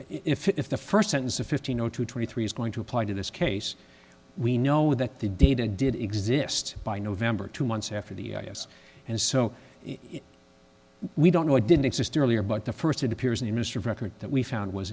if if the first sentence of fifteen zero to twenty three is going to apply to this case we know that the data did exist by november two months after the us and so we don't know it didn't exist earlier but the first it appears in mr record that we found was